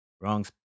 wrong